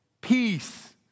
peace